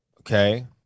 Okay